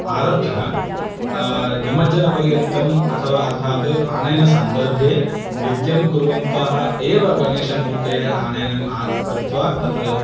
आरभ्य निमज्जनपर्यन्तम् अथवा अर्थात् आनयनसन्दर्भे नृत्यं कुर्वन्तः एव गणेशमूर्तेः आनयनं आ कृत्वा तत्र